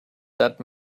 that